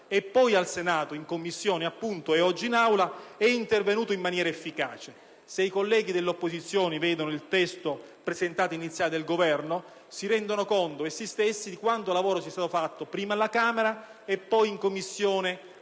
poi al Senato, in Commissione e oggi in Aula, è intervenuto in maniera efficace. Se i colleghi dell'opposizione vedono il testo iniziale presentato dal Governo, si renderanno conto essi stessi di quanto lavoro è stato svolto, prima alla Camera e poi in Commissione